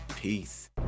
Peace